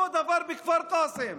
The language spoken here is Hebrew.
אותו דבר בכפר קאסם.